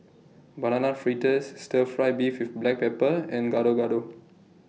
Banana Fritters Stir Fry Beef with Black Pepper and Gado Gado